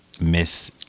Miss